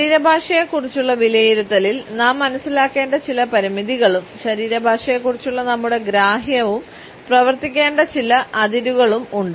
ശരീരഭാഷയെക്കുറിച്ചുള്ള വിലയിരുത്തലിൽ നാം മനസിലാക്കേണ്ട ചില പരിമിതികളും ശരീരഭാഷയെക്കുറിച്ചുള്ള നമ്മുടെ ഗ്രാഹ്യം പ്രവർത്തിക്കേണ്ട ചില അതിരുകളും ഉണ്ട്